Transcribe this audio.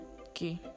okay